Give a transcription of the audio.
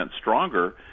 stronger